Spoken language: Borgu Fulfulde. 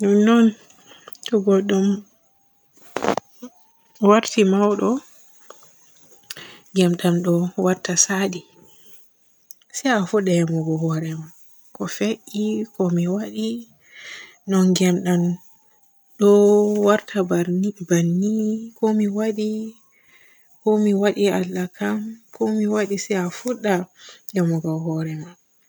Nonnon to godɗo warti mauɗo gemdam ɗo watta saali. Se a fudda emugo hoore maa ko fe'i, ko mi waaɗi, no gemdam ɗo warta barni-banni? Ko mi waaɗi? Ko mi waaɗi Allah kam? Ko mi waaɗi? Se a fudda emugo hoore maa.